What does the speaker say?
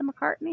McCartney